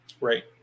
Right